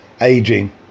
aging